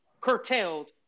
curtailed